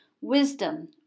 Wisdom